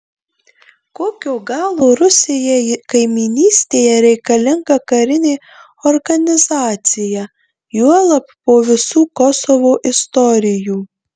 kokio galo rusijai kaimynystėje reikalinga karinė organizacija juolab po visų kosovo istorijų